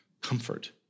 comfort